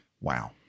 Wow